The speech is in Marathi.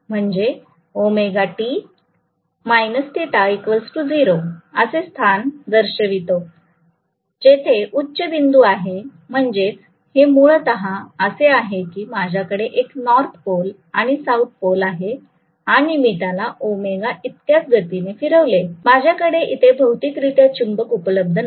म्हणजे ωt θ 0 असे स्थान दर्शवितो जिथे उच्च बिंदू आहे म्हणजेच हे मूलतः असे आहे की माझ्याकडे एक नॉर्थ पोल आणि साऊथ पोल आहे आणि मी त्याला ओमेगा इतक्याच गतीने फिरवले माझ्याकडे इथे भौतिकरित्या चुंबक उपलब्ध नाही